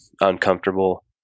uncomfortable